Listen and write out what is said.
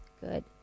good